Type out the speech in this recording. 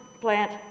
plant